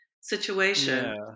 situation